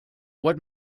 what